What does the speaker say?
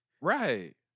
Right